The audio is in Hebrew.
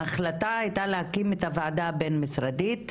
ההחלטה הייתה להקים את הוועדה הבין-משרדית.